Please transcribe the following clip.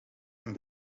een